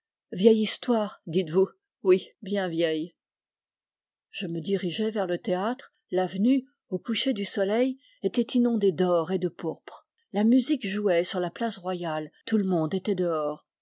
vieille histoire dites-vous oui bien vieille je me dirigeai vers le théâtre l'avenue au coucher du soleil était inondée d'or et de pourpre la musique jouait sur la place royale tout le monde était dehors